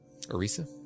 Arisa